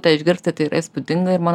tą išgirsti tai įspūdinga ir man